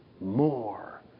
more